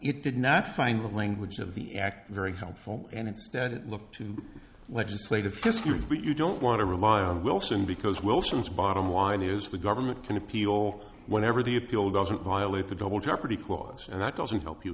it did not find the language of the act very helpful and instead it looked to legislative history but you don't want to rely on wilson because wilson's bottom line is we government can appeal whenever the appeal doesn't violate the double jeopardy clause and that doesn't help you